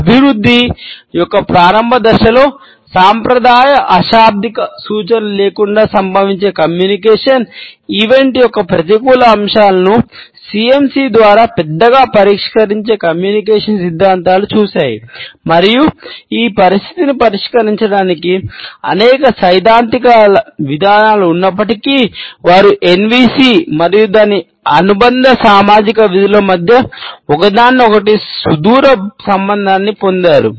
అభివృద్ధి యొక్క ప్రారంభ దశలో సాంప్రదాయ అశాబ్దిక మరియు దాని అనుబంధ సామాజిక విధుల మధ్య ఒకదానికొకటి సుదూర సంబంధాన్ని పొందారు